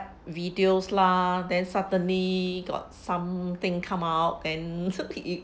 videos lah then suddenly got something come out then